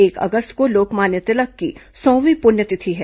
एक अगस्त को लोकमान्य तिलक की सौवीं पुण्यतिथि है